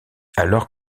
alors